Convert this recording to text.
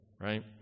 right